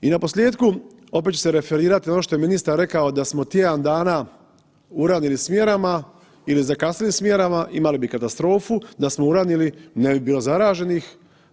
I na posljetku opet ću se referirati na ono što je ministar rekao da smo tjedan dana uranili s mjerama ili zakasnili s mjerama imali bi katastrofu, da smo uranili ne bi bilo zaraženih.